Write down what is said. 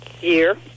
year